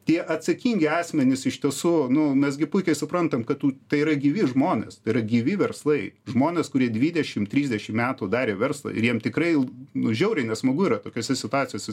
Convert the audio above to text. tie atsakingi asmenys iš tiesų nu mes gi puikiai suprantam kad tų tai yra gyvi žmonės tai yra gyvi verslai žmonės kurie dvidešim trisdešim metų darė verslą ir jiem tikrai nu žiauriai nesmagu yra tokiose situacijose